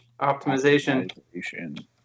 Optimization